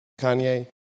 Kanye